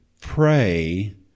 pray